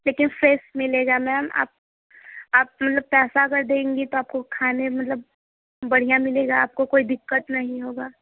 लेकिन फ्रेश मिलेगा मैम आप आप मतलब पैसा अगर देंगी तो आपको खाने में मतलब बढ़िया मिलेगा आपको कोई दिक्कत नहीं होगा